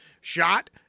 shot